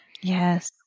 Yes